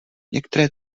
některé